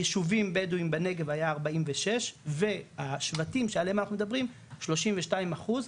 יישובים בדואים בנגב היה 46 והשבטים שעליהם אנחנו מדברים 32 אחוז,